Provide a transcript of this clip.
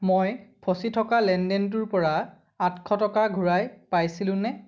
মই ফচি থকা লেনদেনটোৰ পৰা আঠশ টকা ঘূৰাই পাইছিলোঁনে